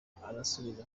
arasubiza